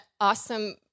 awesome